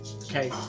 Okay